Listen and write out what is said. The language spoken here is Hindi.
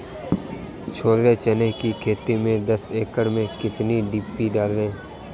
छोले चने की खेती में दस एकड़ में कितनी डी.पी डालें?